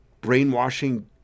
brainwashing